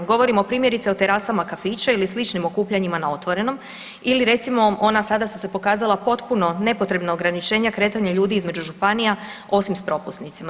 Govorimo primjerice o terasama kafića ili sličnim okupljanjima na otvorenom ili recimo ona sada su se pokazala potpuno nepotrebno, ograničenja kretanja ljudi između županija osim s propusnicama.